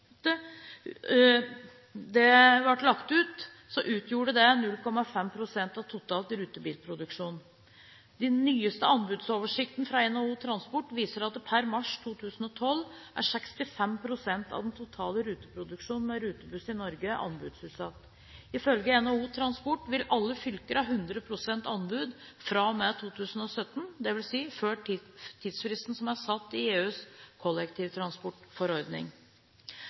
av den totale rutebilproduksjonen. Den nyeste anbudsoversikten fra NHO Transport viser at det per mars 2012 er 65 pst. av den totale ruteproduksjonen med rutebuss i Norge som er anbudsutsatt. Ifølge NHO Transport vil alle fylker ha 100 pst. anbud fra og med 2017, dvs. før tidsfristen som er satt i EUs kollektivtransportforordning.